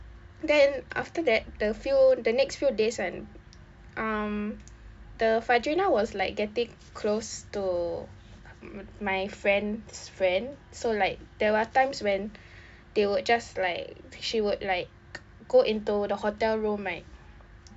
then after that the few the next few days kan um the fadreena was like getting close to my friend's friend so like there were times when they would just like she would like go into the hotel room right